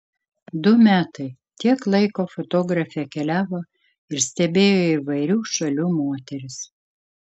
du metai tiek laiko fotografė keliavo ir stebėjo įvairių šalių moteris